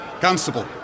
Constable